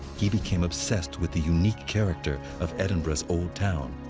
he became obsessed with the unique character of edinburgh's old town.